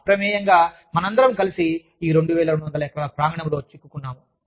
అప్రమేయంగా మనమందరం కలిసి ఈ 2200 ఎకరాల ప్రాంగణంలో చిక్కుకున్నాము